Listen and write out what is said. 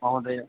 महोदय